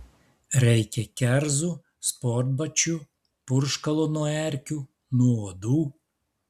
reikia kerzų sportbačių purškalo nuo erkių nuo uodų